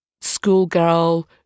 schoolgirl